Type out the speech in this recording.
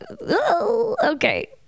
okay